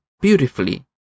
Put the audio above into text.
beautifully